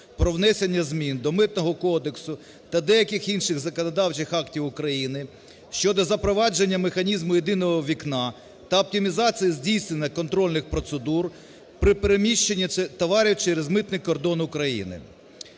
про внесення змін до Митного кодексу та деяких інших законодавчих актів України щодо запровадження механізму "єдиного вікна" та оптимізації здійснення контрольних процедур при переміщенні товарів через митний кордон України.